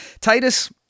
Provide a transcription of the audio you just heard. Titus